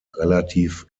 relativ